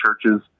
churches